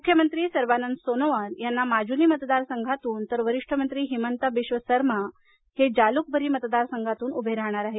मुख्यमंत्री सर्वानंद सोनोवाल यांनी माजुली मतदारसंघातून तर वरिष्ठ मंत्री हिमांता बिश्व सरमा हे जालूकबरी मतदारसंघातून उभे राहणार आहेत